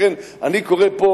לכן אני קורא פה,